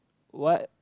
what